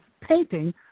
painting